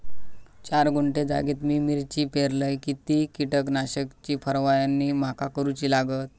चार गुंठे जागेत मी मिरची पेरलय किती कीटक नाशक ची फवारणी माका करूची लागात?